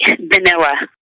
vanilla